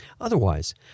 Otherwise